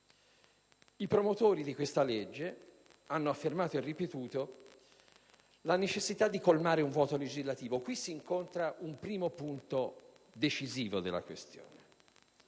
I promotori di questa legge hanno affermato e ripetuto la necessità di colmare un vuoto legislativo. Qui si incontra un primo punto decisivo della questione.